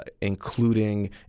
including